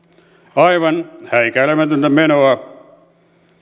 aivan häikäilemätöntä menoa